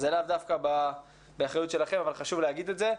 זה לאו דווקא באחריות שלכם אבל חשוב להגיד את זה.